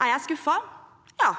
Er jeg skuffet? Ja,